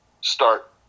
start